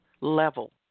level